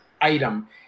item